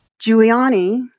Giuliani